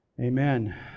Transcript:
Amen